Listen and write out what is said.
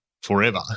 forever